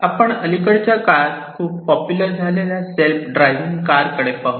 आपण अलिकडच्या काळात खूप पॉप्युलर झालेल्या सेल्फ ड्रायव्हिंग कार कडे पाहू